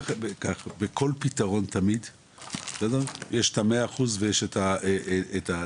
בכל פתרון תמיד יש את ה-100% ויש את ה-90%.